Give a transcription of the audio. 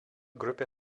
grupė